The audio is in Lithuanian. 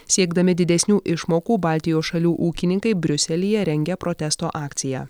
siekdami didesnių išmokų baltijos šalių ūkininkai briuselyje rengia protesto akciją